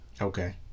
Okay